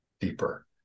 deeper